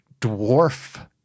dwarf